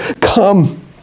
Come